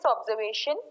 observation